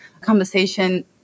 conversation